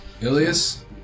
Ilias